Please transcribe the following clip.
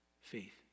faith